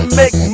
make